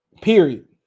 Period